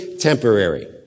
temporary